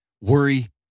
worry